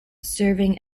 serving